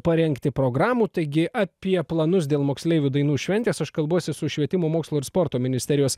parengti programų taigi apie planus dėl moksleivių dainų šventės aš kalbuosi su švietimo mokslo ir sporto ministerijos